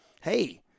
hey